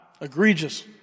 Egregious